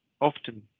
often